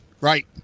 Right